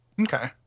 Okay